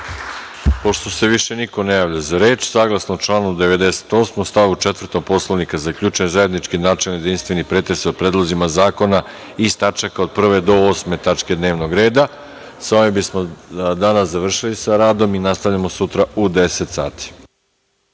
Hvala. Pošto se više niko ne javlja za reč, saglasno članu 98. stavu 4. Poslovnika, zaključujem zajednički načelni jedinstveni pretres o predlozima zakona iz tačaka od 1. do 8. dnevnog reda. Sa ovim bismo danas završili sa radom. Nastavljamo sutra u 10.00